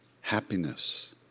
happiness